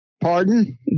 pardon